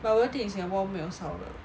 bubble tea in singapore 没有烧的